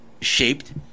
shaped